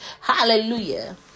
Hallelujah